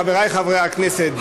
חברי חברי הכנסת,